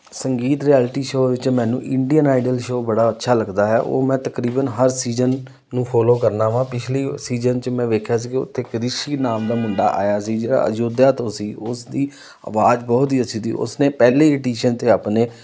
ਸੰਗੀਤ reality show ਵਿੱਚ ਮੈਨੂੰ ਇੰਡੀਅਨ ਆਈਡਲ ਸ਼ੋਅ ਬੜਾ ਅੱਛਾ ਲੱਗਦਾ ਹੈ ਉਹ ਮੈਂ ਤਕਰੀਬਨ ਹਰ ਸੀਜ਼ਨ ਨੂੰ ਫੋਲੋ ਕਰਨਾ ਹਾਂ ਪਿਛਲੀ ਸੀਜ਼ਨ 'ਚ ਮੈਂ ਦੇਖਿਆ ਸੀ ਕੀ ਉੱਥੇ ਕੇ ਇੱਕ ਰਿਸ਼ੀ ਨਾਮ ਦਾ ਮੁੰਡਾ ਆਇਆ ਸੀ ਜਿਹੜਾ ਅਯੋਧਿਆ ਤੋਂ ਸੀ ਉਸ ਦੀ ਆਵਾਜ਼ ਬਹੁਤ ਹੀ ਅੱਛੀ ਤੀ ਉਸਨੇ ਪਹਿਲੀ ਹੀ ਅਡੀਸ਼ਨ ਤੇ ਆਪਣੇ